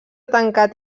tancat